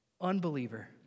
Unbeliever